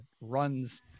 runs